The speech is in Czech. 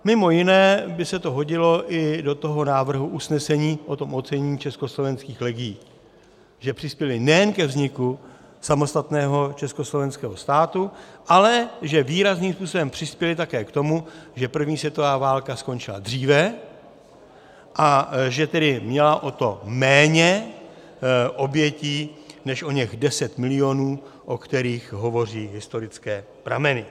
Mimo jiné by se to hodilo i do toho návrhu usnesení o tom ocenění československých legií, že přispěly nejen ke vzniku samostatného československého státu, ale že výrazným způsobem přispěly také k tomu, že první světová válka skončila dříve, a že tedy měla o to méně obětí než oněch 10 milionů, o kterých hovoří historické prameny.